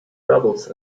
rebels